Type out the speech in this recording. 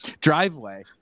driveway